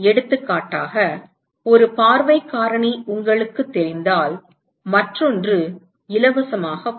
எடுத்துக்காட்டாக ஒரு பார்வை காரணி உங்களுக்குத் தெரிந்தால் மற்றொன்று இலவசமாக வரும்